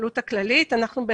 מאי-ספטמבר 2020.) (מוקרן שקף,